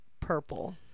purple